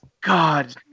god